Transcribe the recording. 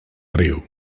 riu